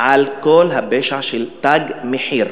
על כל הפשע של "תג מחיר".